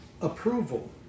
approval